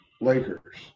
Lakers